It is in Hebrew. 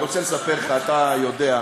אני רוצה לספר לך: אתה יודע,